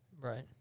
right